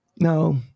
No